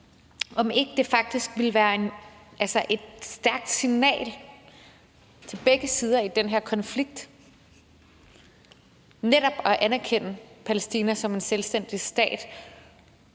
om ikke det faktisk ville være et stærkt signal til begge sider i den her konflikt netop at anerkende Palæstina som en selvstændig stat